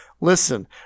Listen